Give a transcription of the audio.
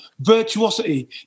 Virtuosity